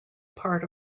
part